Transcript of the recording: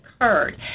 occurred